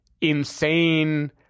insane